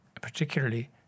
particularly